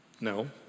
No